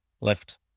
left